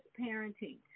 parenting